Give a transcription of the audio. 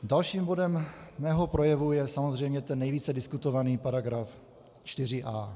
Dalším bodem mého projevu je ten samozřejmě ten nejvíce diskutovaný § 4a.